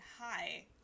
Hi